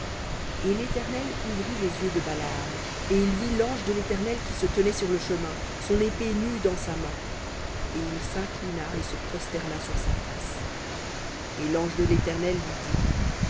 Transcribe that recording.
et l'éternel ouvrit les yeux de balaam et il vit l'ange de l'éternel qui se tenait sur le chemin son épée nue dans sa main et il s'inclina et se prosterna sur sa face et l'ange de l'éternel lui dit